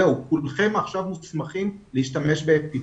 זהו, כולכם עכשיו מוסמכים להשתמש באפיפן.